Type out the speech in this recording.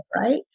right